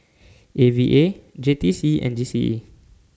A V A J T C and G C E